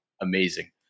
amazing